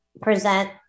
present